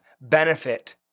benefit